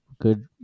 good